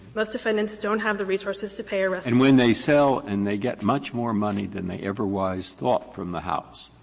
most defendants don't have the resources to pay a and when they sell and they get much more money than they otherwise thought from the house,